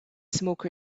smoke